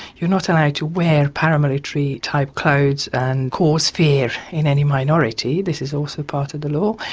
you're not allowed to wear paramilitary type clothes and cause fear in any minority. this is also part of the law.